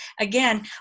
again